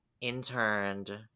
interned